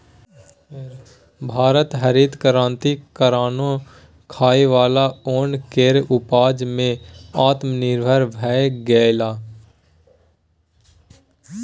भारत हरित क्रांति कारणेँ खाइ बला ओन केर उपजा मे आत्मनिर्भर भए गेलै